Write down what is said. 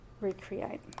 recreate